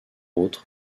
autres